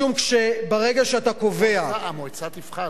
משום שברגע שאתה קובע, המועצה תבחר,